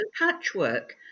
patchwork